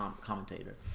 commentator